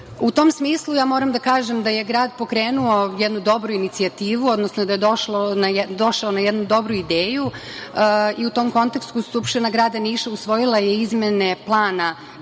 tom smislu, moram da kažem da je grad pokrenuo jednu dobru inicijativu, odnosno da je došao na jednu dobru ideju i u tom kontekstu Skupština grada Niša usvojila je izmene plana